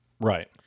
Right